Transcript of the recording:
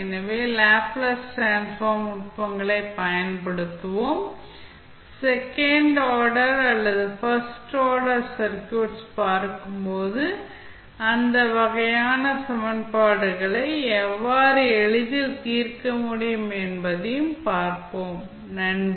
எனவே Laplace transform நுட்பங்களைப் பயன்படுத்துவோம் செகண்ட் ஆர்டர் அல்லது ஃபர்ஸ்ட் ஆர்டர் சர்க்யூட்ஸ் பார்க்கும்போது அந்த வகையான சமன்பாடுகளை எவ்வாறு எளிதில் தீர்க்க முடியும் என்பதைப் பார்ப்போம் நன்றி